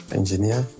engineer